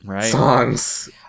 songs